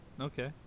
okay